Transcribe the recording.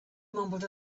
mumbled